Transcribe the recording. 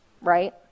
Right